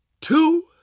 two